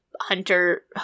hunter